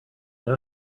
know